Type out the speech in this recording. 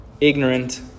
ignorant